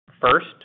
First